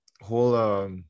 whole